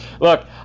Look